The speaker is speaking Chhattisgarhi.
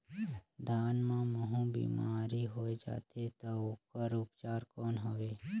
धान मां महू बीमारी होय जाथे तो ओकर उपचार कौन हवे?